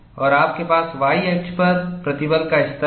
और आपके पास y अक्ष पर प्रतिबल का स्तर है